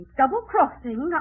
double-crossing